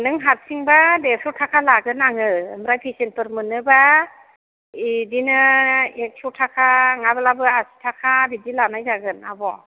नों हारसिंबा देरस' थाखा लागोन आङो ओमफ्राय पेसेनफोर मोनोबा बिदिनो एक्स' थाखा नङाब्लाबो आसि थाखा बिदि लानाय जागोन आब'